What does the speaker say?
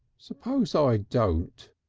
s'pose so i don't,